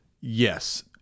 Yes